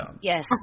yes